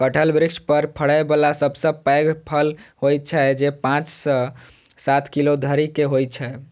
कटहल वृक्ष पर फड़ै बला सबसं पैघ फल होइ छै, जे पांच सं सात किलो धरि के होइ छै